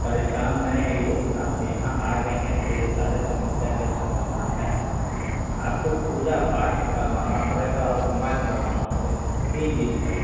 परेशान नै होइए आप यहाँ आ गए है तो ये सारे समस्या का समाधान है आपको पूजा पाठ करवाना पड़ेगा और होमाइद करवाना पड़ेगा तीन दिन तक